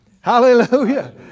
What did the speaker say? Hallelujah